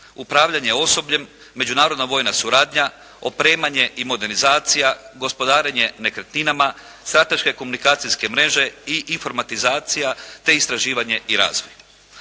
upravljanje osobljem, međunarodna vojna suradnja, opremanje i modernizacija, gospodarenje nekretninama, strateške komunikacijske mreže i informatizacija, te istraživanje i razvoj.